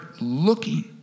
looking